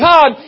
God